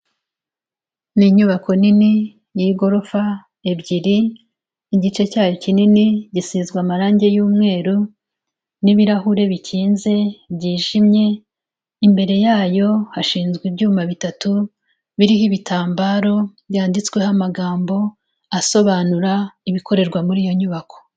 Ni inyubako nini y'igorofa ebyiri, igice cyayo kinini gisizwe amarangi y'umweru n'ibirahure bikinze byijimye, imbere yayo hashinzwe ibyuma bitatu biriho ibitambaro byanditsweho amagambo asobanura ibikorerwa muri iyo nyubako.